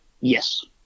Yes